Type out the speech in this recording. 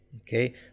Okay